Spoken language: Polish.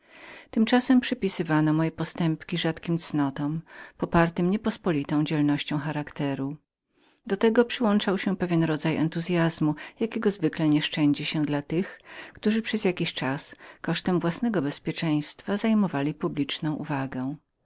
tymczasem przypisywano moje postępki rzadkim cnotom popartym niepospolitą dzielnością charakteru do tego przyłączył się pewien rodzaj zapału jakiego zwykle nie szczędzą dla tych którzy przez jakiś czas kosztem własnego bezpieczeństwa zajmowali publiczną uwagę